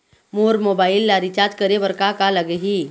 मोर mobile ला recharge करे बर का का लगही?